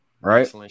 Right